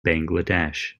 bangladesh